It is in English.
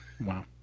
Wow